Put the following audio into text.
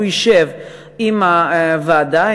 הוא ישב עם הוועדה,